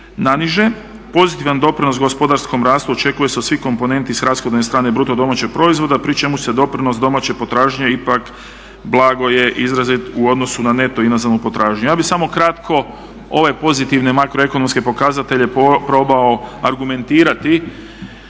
na niže. Pozitivan doprinos gospodarskom rastu očekuje se od svih komponenti sa rashodovne strane BDP-a pri čemu se doprinos domaće potražnje ipak blago je izrazit u odnosu na neto inozemnu potražnju. Ja bih samo kratko ove pozitivne makroekonomske pokazatelje probao argumentirati